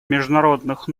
международных